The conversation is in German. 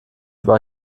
war